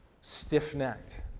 stiff-necked